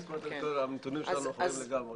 הנתונים שלנו אחרים לגמרי.